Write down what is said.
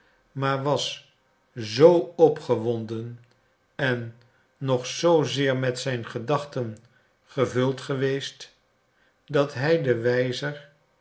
maar was zoo opgewonden en nog zoozeer met zijn gedachten gevuld geweest dat hij den wijzer